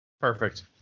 perfect